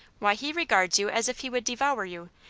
why, he regards you as if he would devour you.